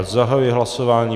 Zahajuji hlasování.